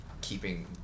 keeping